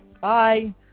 Bye